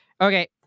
okay